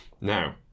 Now